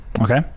Okay